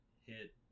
hit